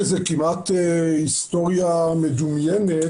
שזה כמעט היסטוריה מדומיינת,